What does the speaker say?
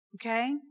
Okay